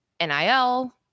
NIL